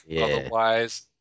Otherwise